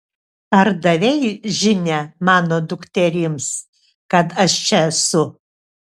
ar davei žinią mano dukterims kad aš čia esu